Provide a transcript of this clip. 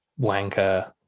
wanker